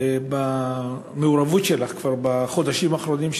עם המעורבות שלך בחודשים האחרונים,